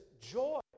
joy